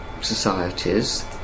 societies